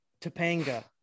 Topanga